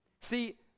See